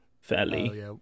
fairly